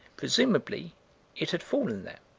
presumably it had fallen there.